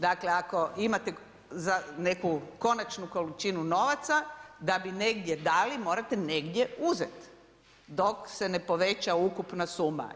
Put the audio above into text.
Dakle, ako imate neku konačnu količinu novaca da bi negdje dali morate negdje uzeti dok se ne poveća ukupna suma.